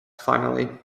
finally